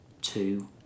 two